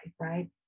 right